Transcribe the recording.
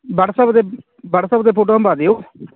WhatsApp 'ਤੇ WhatsApp 'ਤੇ ਫੋਟੋਆਂ ਪਾ ਦਿਓ